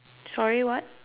sorry what